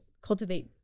cultivate